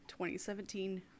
2017